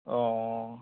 অঁ